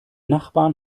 nachbarn